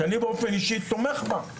שאני באופן אישי תומך בה,